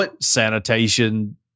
sanitation